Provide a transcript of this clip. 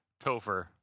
Topher